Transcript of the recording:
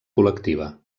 col·lectiva